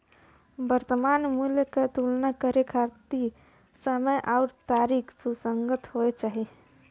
वर्तमान मूल्य क तुलना करे खातिर समय आउर तारीख सुसंगत होना चाही